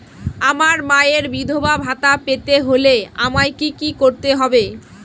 আমার মায়ের বিধবা ভাতা পেতে হলে আমায় কি কি করতে হবে?